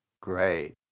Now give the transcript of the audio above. great